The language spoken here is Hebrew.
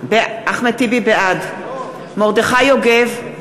בעד מרדכי יוגב,